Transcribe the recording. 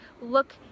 look